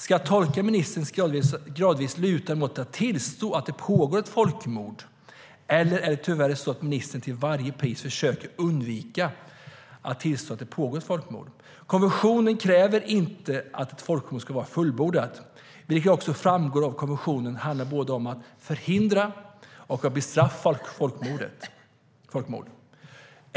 Ska jag tolka det som att ministern gradvis lutar åt att tillstå att det pågår ett folkmord, eller är det tyvärr så att ministern till varje pris försöker undvika att tillstå att det pågår ett folkmord? Konventionen kräver inte att ett folkmord ska vara fullbordat. Det framgår av konventionen att det handlar om att både förhindra och bestraffa folkmord.